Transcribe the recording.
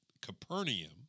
Capernaum